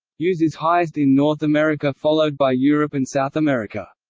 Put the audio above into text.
use is highest in north america followed by europe and south america.